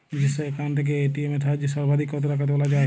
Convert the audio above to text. নিজস্ব অ্যাকাউন্ট থেকে এ.টি.এম এর সাহায্যে সর্বাধিক কতো টাকা তোলা যায়?